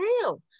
real